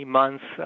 months